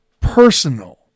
personal